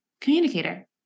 communicator